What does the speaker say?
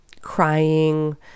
crying